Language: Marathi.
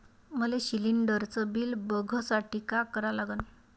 मले शिलिंडरचं बिल बघसाठी का करा लागन?